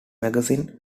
magazine